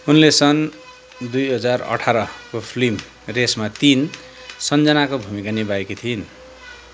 उनले सन दुई हजार अठार को फिल्म रेसमा तिन सन्जनाको भूमिका निभाएकी थिइन्